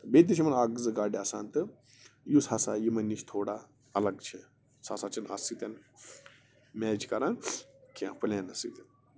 بیٚیہِ تہِ چھِ یِمن اَکھ زٕ گاڑِ آسان تہٕ یُس ہسا یِمن نِش تھوڑا الگ چھِ سُہ ہسا چھِ نہِ اَتھ سۭتٮ۪ن میچ کَران کیٚنٛہہ پُلینس سۭتۍ